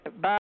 Bye